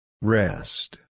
Rest